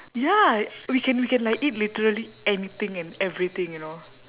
ya we can we can like eat literally anything and everything you know